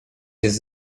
jest